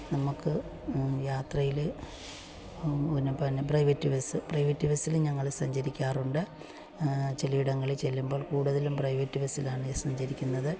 നമുക്ക് യാത്രയില് പിന്നെ പിന്നെ പ്രൈവറ്റ് ബസ് പ്രൈവറ്റ് ബസ്സിലും ഞങ്ങള് സഞ്ചരിക്കാറുണ്ട് ചിലയിടങ്ങളിൽ ചെല്ലുമ്പോൾ കൂട്തലും പ്രൈവറ്റ് ബസ്സിലാണ് സഞ്ചരിക്കുന്നത്